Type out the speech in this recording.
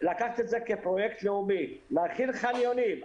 לקחת את זה כפרויקט לאומי, להכין חניונים.